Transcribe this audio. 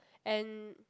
and